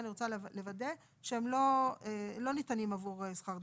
אני רוצה לוודא שהם לא ניתנים עבור שכר דירה.